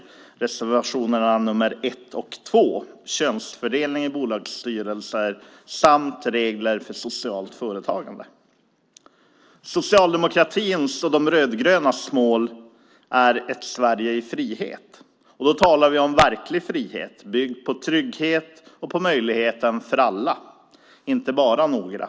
Det är reservationerna nr 1 och 2 om könsfördelningen i bolagsstyrelser samt regler för socialt företagande. Socialdemokratins och de rödgrönas mål är ett Sverige i frihet. Och då talar vi om verklig frihet, byggd på trygghet och på möjligheter för alla, inte bara några.